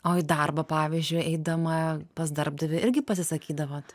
o į darbą pavyzdžiui eidama pas darbdavį irgi pasisakydavot